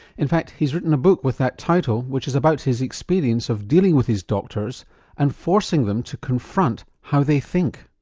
in fact he's written a book with that title which is about his experience of dealing with his doctors and forcing them to confront how they think.